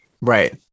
Right